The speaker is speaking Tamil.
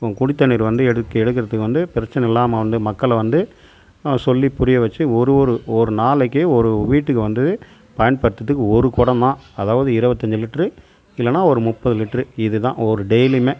குடி தண்ணீர் வந்து எடுக்க எடுக்க வந்து பிரச்சனை இல்லாமல் வந்து மக்களை வந்து சொல்லி புரிய வச்சு ஒரு ஒரு ஒரு நாளைக்கு ஒரு வீட்டுக்கு வந்து பயன்படுத்துகிறதுக்கு ஒரு குடம் தான் அதாவது இருபத்தஞ்சி லிட்டரு இல்லைன்னா ஒரு முப்பது லிட்டரு இது தான் ஒரு டெய்லியுமே